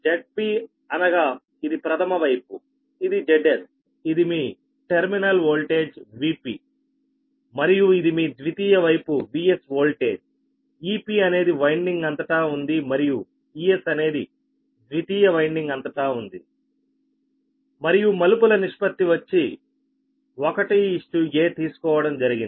Zp అనగా ఇది ప్రథమ వైపు ఇది Zs ఇది మీ టెర్మినల్ వోల్టేజ్ Vp మరియు ఇది మీ ద్వితీయ వైపు Vsఓల్టేజ్ Ep అనేది వైన్డింగ్ అంతటా ఉంది మరియు Es అనేది ద్వితీయ వైన్డింగ్ అంతటా ఉంది మరియు మలుపుల నిష్పత్తి వచ్చి 1 a తీసుకోవడం జరిగింది